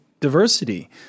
diversity